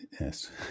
Yes